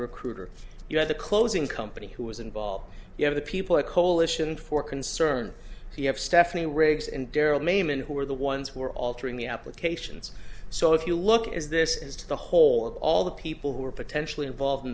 recruiter you had the closing company who was involved you have the people the coalition for concern you have stephanie riggs and darryl maimane who are the ones who are altering the applications so if you look at is this is the whole all the people who are potentially involved in